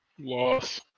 Loss